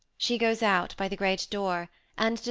she goes out by the great door and,